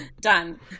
Done